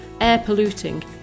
air-polluting